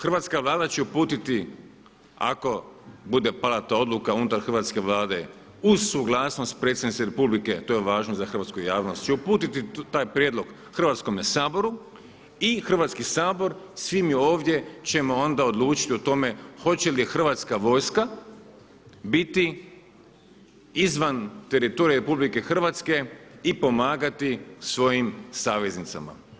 Hrvatska vlada će uputiti ako bude pala ta odluka unutar Hrvatske vlade uz suglasnost predsjednice Republike to je važno za hrvatsku javnost će uputiti taj prijedlog Hrvatskome saboru i Hrvatski sabor, svi mi ovdje, ćemo onda odlučiti o tome hoće li Hrvatska vojska biti izvan teritorija Republike Hrvatske i pomagati svojim saveznicama.